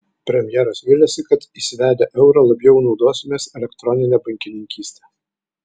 premjeras viliasi kad įsivedę eurą labiau naudosimės elektronine bankininkyste